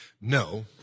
No